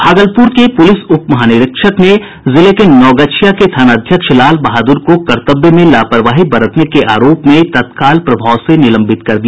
भागलपुर के पुलिस उप महानिरीक्षक ने जिले के नवगछिया के थानाध्यक्ष लाल बहादुर को कर्तव्य में लापरवाही बरतने के आरोप में तत्काल प्रभाव से निलंबित कर दिया